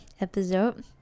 episode